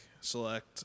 select